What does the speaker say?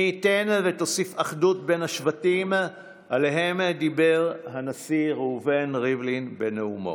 מי ייתן ותוסיף אחדות בין השבטים שעליהם דיבר הנשיא ריבלין בנאומו.